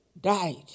died